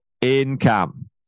income